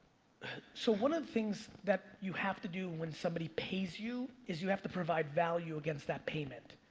so one of the things that you have to do when somebody pays you is you have to provide value against that payment.